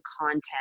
content